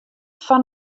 fan